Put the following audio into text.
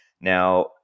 Now